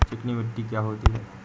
चिकनी मिट्टी क्या होती है?